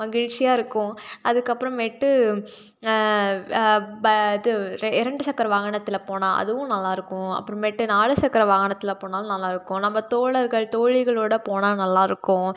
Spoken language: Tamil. மகிழ்ச்சியாக இருக்கும் அதுக்கப்புறமேட்டு ப இது ரெ இரண்டு சக்கர வாகனத்தில் போனால் அதுவும் நல்லாருக்கும் அப்புறமேட்டு நாலு சக்கர வாகனத்தில் போனாலும் நல்லாருக்கும் நம்ம தோழர்கள் தோழிகளோடய போனால் நல்லாருக்கும்